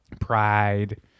pride